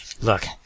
Look